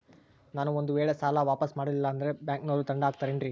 ನಾನು ಒಂದು ವೇಳೆ ಸಾಲ ವಾಪಾಸ್ಸು ಮಾಡಲಿಲ್ಲಂದ್ರೆ ಬ್ಯಾಂಕನೋರು ದಂಡ ಹಾಕತ್ತಾರೇನ್ರಿ?